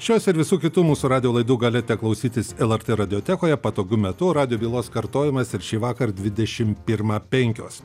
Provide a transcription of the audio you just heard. šios ir visų kitų mūsų radijo laidų galite klausytis lrt radiotekoje patogiu metu radijo bylos kartojamas ir šįvakar dvidešim pirmą penkios